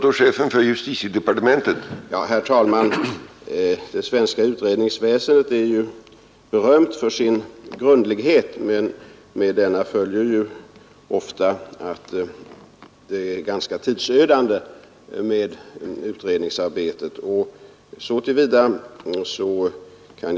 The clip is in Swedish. Herr talman! Det svenska utredningsväsendet är ju berömt för sin grundlighet, men med denna följer ofta att utredningsarbetet blir ganska tidsödande.